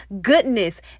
goodness